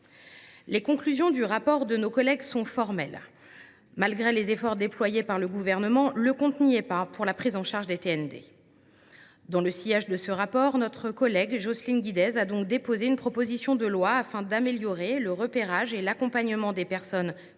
Les conclusions du rapport de nos collègues sont formelles : malgré les efforts déployés par le Gouvernement, le compte n’y est pas pour la prise en charge des TND. Dans le sillage de ce rapport, Jocelyne Guidez a donc déposé une proposition de loi afin d’améliorer le repérage et l’accompagnement des personnes